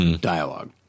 dialogue